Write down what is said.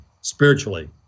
spiritually